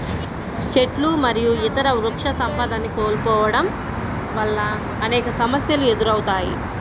చెట్లు మరియు ఇతర వృక్షసంపదని కోల్పోవడం వల్ల అనేక సమస్యలు ఎదురవుతాయి